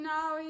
Now